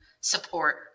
support